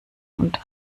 und